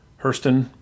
Hurston